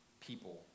people